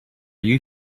you